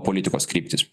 politikos kryptys